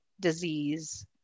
disease